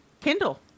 Kindle